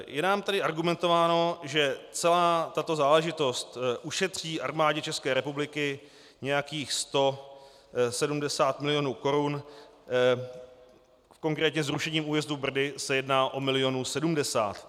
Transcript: Je nám tady argumentováno, že celá tato záležitost ušetří Armádě České republiky nějakých 170 milionů korun, konkrétně zrušením újezdu Brdy se jedná o milionů 70.